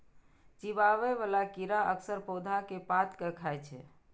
चिबाबै बला कीड़ा अक्सर पौधा के पात कें खाय छै